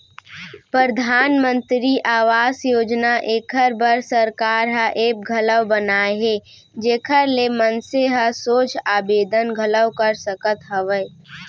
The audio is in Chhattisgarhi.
परधानमंतरी आवास योजना एखर बर सरकार ह ऐप घलौ बनाए हे जेखर ले मनसे ह सोझ आबेदन घलौ कर सकत हवय